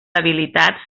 habilitats